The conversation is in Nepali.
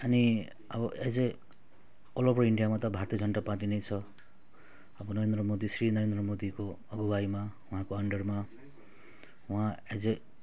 अनि अब एज ए अल ओभर इन्डियामा त भारतीय जनता पार्टी नै छ अब नरेन्द्र मोदी श्री नरेन्द्र मोदीको अगुवाइमा उहाँको अन्डरमा उहाँ एज ए